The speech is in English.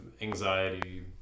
anxiety